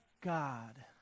God